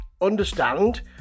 understand